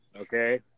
Okay